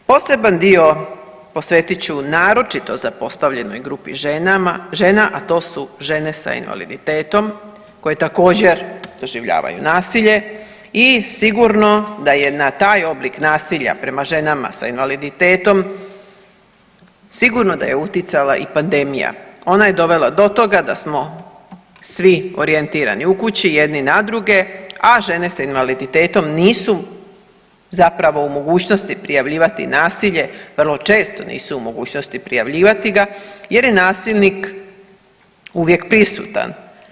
Poseban dio posvetit ću naročito zapostavljenoj grupi žena, a to su žene sa invaliditetom koje također doživljavaju nasilje i sigurno da je na taj oblik nasilja prema ženama sa invaliditetom sigurno da je uticala i pandemija, ona je dovela do toga da smo svi orijentirani u kući jedni na druge, a žene s invaliditetom nisu zapravo u mogućnosti prijavljivati nasilje, vrlo često nisu u mogućnosti prijavljivati ga jer je nasilnik uvijek prisutan.